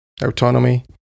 autonomy